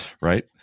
Right